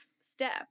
step